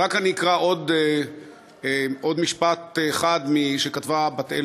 רק אקרא עוד משפט אחד שכתבה בת-אל